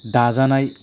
दाजानाय